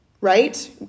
right